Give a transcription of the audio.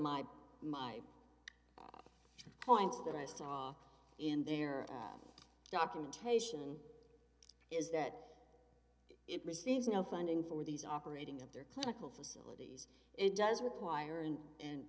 my my points that i saw in their documentation is that it receives no funding for these operating of their clinical facilities it does require an end